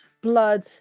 blood